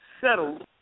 Settled